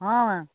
ହଁ